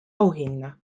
auhinna